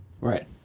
Right